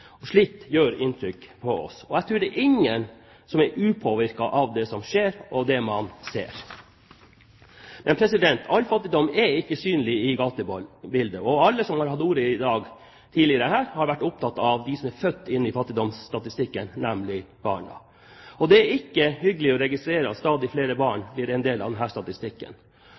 gjør inntrykk på oss, og jeg tror ingen er upåvirket av det som skjer, og av det man ser. Men all fattigdom er ikke synlig i gatebildet. Alle som har hatt ordet tidligere her, har vært opptatt av dem som er født inn i fattigdomsstatistikken, nemlig barna. Det er ikke hyggelig å registrere at stadig flere barn blir en del av denne statistikken. Arbeidet med å få barna ut av statistikken